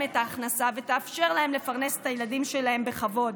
את ההכנסה ויאפשרו להן לפרנס את הילדים שלהם בכבוד.